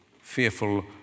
fearful